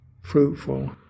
fruitful